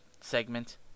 segment